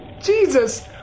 Jesus